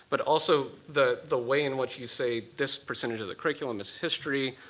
but also the the way in which you say this percentage of the curriculum is history.